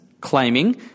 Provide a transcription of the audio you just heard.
claiming